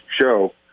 show